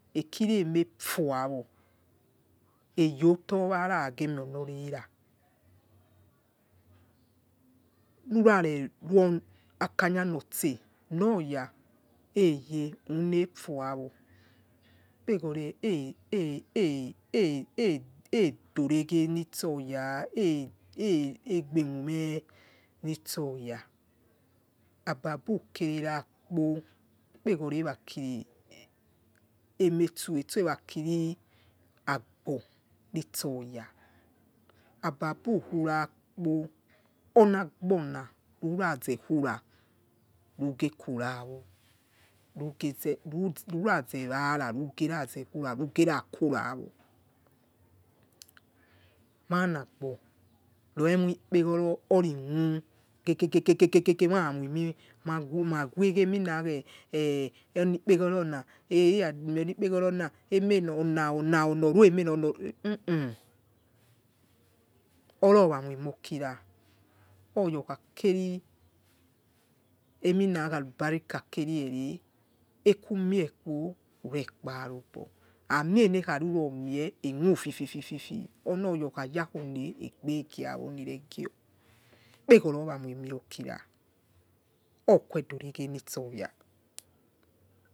Ekiremefuawo eyotowara aragere ra eyotowara aragemionorera nura rero akanyanoteonya eyeh unefuwo ikpegoro eh eh eh eh do oreghei nitsoya edegbemume nitoya ababuke rerakpo ikpegoro erakiremetoto erakiragbonitoya ababukurakpo ona gbona rurazekura nugekurawo rugezerurazewara rugera kurawo managbo roi emoi kpegoro erimu kekeke kekekeke mara moimi maway khi menakhe enikpegorona eh iramionikp gorona emena ona ona ona huhu oramoimokira oya okha keri aruba rikah keriere ekumiekpo urekpa robo amie enekharuromie emufififi onoya okhayakone egbegieyaneragieo ikpegoro oramoi mokira okuwe doroghe itsoya.